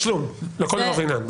זה תשלום לכל דבר ועניין.